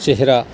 چہرہ